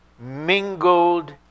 mingled